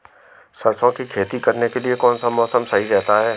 सरसों की खेती करने के लिए कौनसा मौसम सही रहता है?